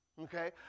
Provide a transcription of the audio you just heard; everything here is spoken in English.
Okay